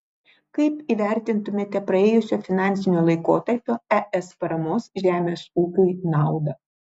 kaip įvertintumėte praėjusio finansinio laikotarpio es paramos žemės ūkiui naudą